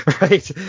right